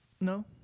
no